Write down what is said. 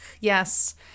yes